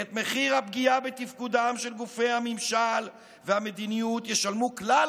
"את מחיר הפגיעה בתפקודם של גופי הממשלה והמדיניות ישלמו כלל